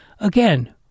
again